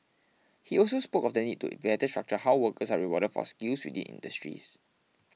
he also spoke of the need to better structure how workers are rewarded for skills within industries